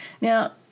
Now